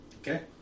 Okay